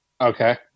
Okay